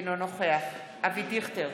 אינו נוכח אבי דיכטר,